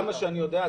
עד כמה שאני יודע,